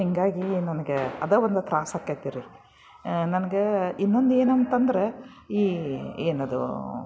ಹೀಗಾಗಿ ನನ್ಗೆ ಅದೇ ಒಂದು ತ್ರಾಸಾಕ್ಕೆತಿ ರೀ ನನ್ಗೆ ಇನ್ನೊಂದು ಏನಂತಂದ್ರೆ ಈ ಏನದು